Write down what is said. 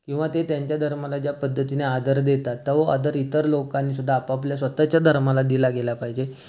किंवा ते त्यांच्या धर्माला ज्या पद्धतीने आदर देतात तो आदर इतर लोकांनीसुद्धा आपापल्या स्वतःच्या धर्माला दिला गेला पाहिजे